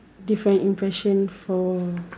different impression for